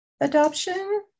adoption